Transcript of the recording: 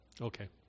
Okay